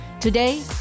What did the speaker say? Today